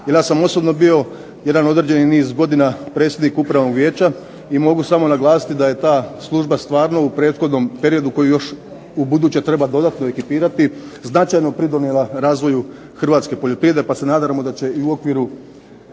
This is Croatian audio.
ja sam osobno bio jedan određeni niz godina predsjednik upravnog vijeća i mogu samo naglasiti da je ta služba stvarno u prethodnom periodu koju još treba ubuduće dodatno ekipirati značajno pridonijela razvoju Hrvatske poljoprivrede pa se nadamo da će u okviru